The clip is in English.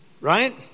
right